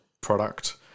product